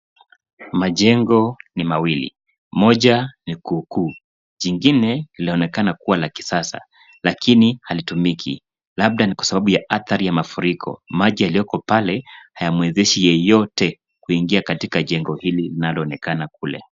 Majengo ni mawili, moja ni kuu kuu, jingine linaonekana kuwa kisasa lakini haitumiki. Labda ni kwa sababu ya adhari ya mafuriko maji yaliyoko pale hayamwezeshi yeyote kuingia katika jengo hili linaloonekana kule.